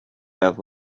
have